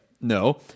no